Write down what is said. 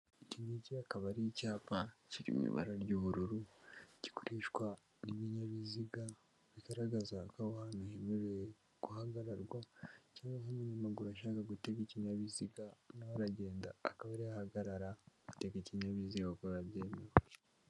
Iki ngiki akaba ari icyapa kiri mu ibara ry'ubururu, gikoreshwa n'ibinyabiziga bigaragaza ko aho hantu hemerewe guhagararwa cyangwa niba umunyamaguru ashaka gutega ikinyabiziga, na we aragenda akaba ari ho ahagarara atega ikinyabiziga kuko biba byemewe.